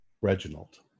Reginald